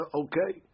okay